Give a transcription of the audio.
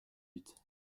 huit